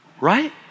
Right